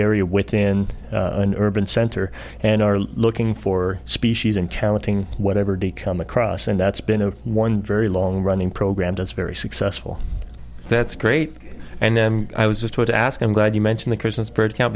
area within an urban center and are looking for species and challenging whatever to come across and that's been a one very long running program that's very successful that's great and then i was just to ask i'm glad you mentioned the christmas bird count